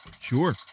Sure